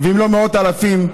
אם לא מאות אלפים,